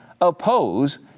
oppose